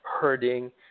hurting